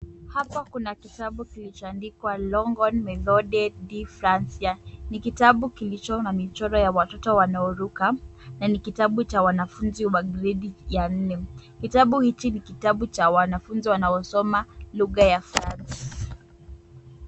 Hapa kuna kitabu kilichoandikwa Longhorn Methode de Francais[ cs],ni kitabu kilicho na michoro ya watoto wanaoruka na ni kitabu cha wanafunzi wa gredi ya nne. Kitabu hiki ni cha wanafunzi wanaosoma lugha ya France.